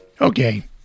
okay